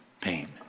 pain